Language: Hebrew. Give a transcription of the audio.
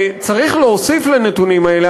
צריך להוסיף לנתונים האלה,